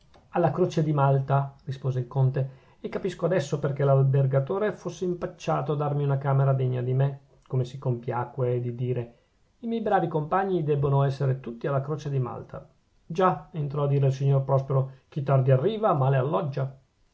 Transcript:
alla croce di malta rispose il conte e capisco adesso perchè l'albergatore fosse impacciato a darmi una camera degna di me come si compiacque di dire i miei bravi compagni debbono essere tutti alla croce di malta già entrò a dire il signor prospero chi tardi arriva male alloggia